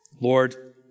Lord